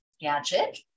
gadget